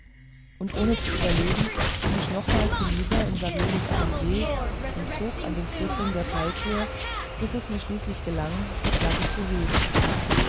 und ohne zu überlegen ging ich nochmals hinüber in saviolis atelier und zog an dem griffring der falltüre bis es mir schließlich gelang die platte zu heben